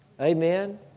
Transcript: Amen